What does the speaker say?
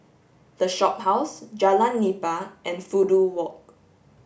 the Shophouse Jalan Nipah and Fudu Walk